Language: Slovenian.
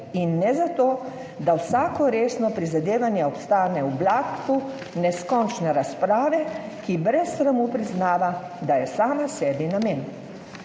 in ne zato, da vsako resno prizadevanje obstane v blatu neskončne razprave, ki brez sramu priznava, da je sama sebi namen.